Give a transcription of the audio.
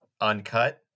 uncut